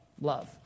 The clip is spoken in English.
love